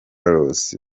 loss